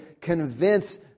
convince